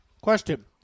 Question